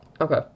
Okay